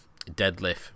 deadlift